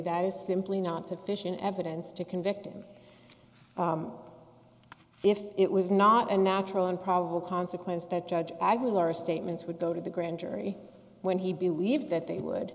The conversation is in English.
that is simply not sufficient evidence to convict him if it was not a natural improbable consequence that judge aguilar statements would go to the grand jury when he believed that they would